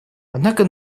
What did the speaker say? однако